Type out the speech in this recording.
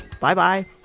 Bye-bye